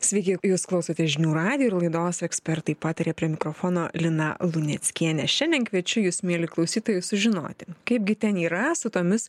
sveiki jūs klausotės žinių radijo ir laidos ekspertai pataria prie mikrofono lina luneckienė šiandien kviečiu jus mieli klausytojai sužinoti kaipgi ten yra su tomis